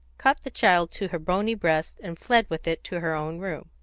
caught the child to her bony breast, and fled with it to her own room,